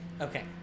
Okay